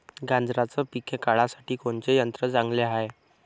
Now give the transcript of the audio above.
गांजराचं पिके काढासाठी कोनचे यंत्र चांगले हाय?